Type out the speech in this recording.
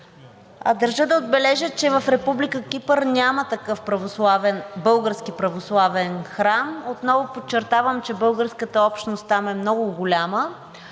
Държа да отбележа, че в Република Кипър няма такъв български православен храм. Отново подчертавам, че българската общност там е много голяма